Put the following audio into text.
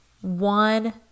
one